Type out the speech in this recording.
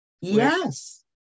Yes